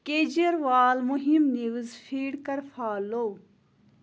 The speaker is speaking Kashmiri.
کیجرِیوال مُہِم نیٛوٗز فیڈ کر فالوٗ